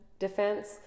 defense